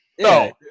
No